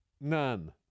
None